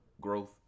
growth